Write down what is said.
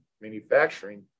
manufacturing